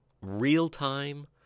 real-time